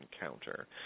encounter